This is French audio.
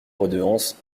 redevance